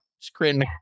screen